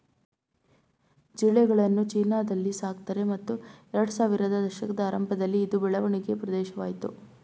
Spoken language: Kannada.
ಜಿರಳೆಗಳನ್ನು ಚೀನಾದಲ್ಲಿ ಸಾಕ್ತಾರೆ ಮತ್ತು ಎರಡ್ಸಾವಿರದ ದಶಕದ ಆರಂಭದಲ್ಲಿ ಇದು ಬೆಳವಣಿಗೆ ಪ್ರದೇಶವಾಯ್ತು